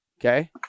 Okay